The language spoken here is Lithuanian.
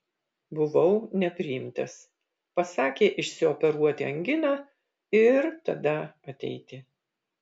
buvau nepriimtas pasakė išsioperuoti anginą ir tada ateiti